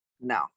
No